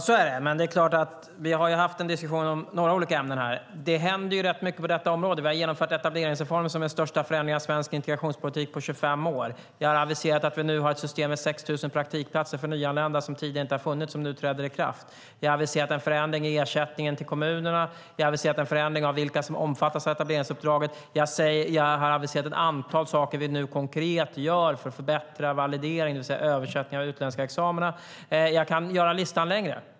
Herr talman! Så är det, och vi har haft en diskussion om några olika ämnen här. Det händer rätt mycket på detta område. Vi har genomfört etableringsreformen som är den största förändringen av svensk integrationspolitik på 25 år. Vi har aviserat att vi nu har ett system som nu träder i kraft med 6 000 praktikplatser för nyanlända som tidigare inte har funnits. Vi har aviserat en förändring i ersättningen till kommunerna. Vi har aviserat en förändring av vilka som omfattas av etableringsuppdraget. Vi har aviserat ett antal saker som vi nu konkret gör för att förbättra valideringen, det vill säga översättningen av utländska examina. Jag kan göra listan längre.